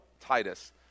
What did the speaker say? Titus